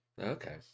Okay